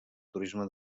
turisme